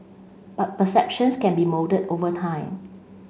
but perceptions can be moulded over time